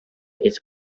its